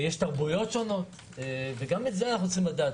יש תרבויות שונות, וגם את זה אנחנו צריכים לדעת.